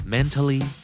Mentally